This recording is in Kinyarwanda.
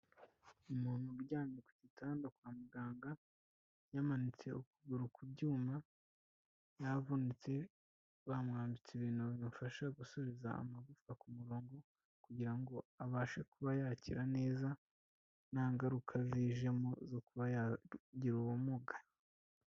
Umuntu uryamye ku gitanda kwa muganga yamanitse ukuguru ku byuma, yavunitse bamwambitse ibintu bimufasha gusubiza amagufawa ku murongo, kugira ngo abashe kuba yakira neza nta ngaruka zijemo zo kuba yagira ubumuga.